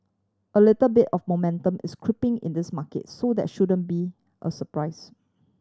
a little bit of momentum is creeping in this market so that shouldn't be a surprise